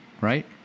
right